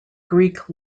greek